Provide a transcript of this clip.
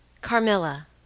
Carmilla